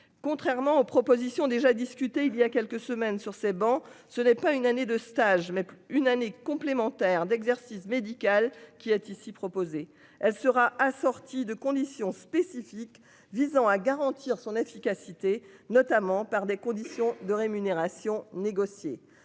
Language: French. contrairement aux propositions déjà discuté il y a quelques semaines sur ces bancs, ce n'est pas une année de stage mais une année complémentaire d'exercice médical qui est ici proposé, elle sera assortie de conditions spécifiques visant à garantir son efficacité notamment par des conditions de rémunération négocier